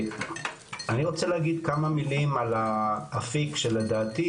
אני רוצה להגיד כמה מילים על האפיק, שלדעתי